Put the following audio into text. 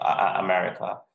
America